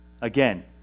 Again